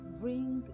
bring